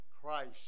Christ